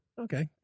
Okay